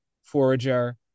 Forager